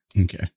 Okay